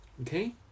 Okay